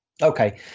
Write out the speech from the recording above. Okay